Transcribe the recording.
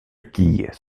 quilles